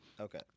Okay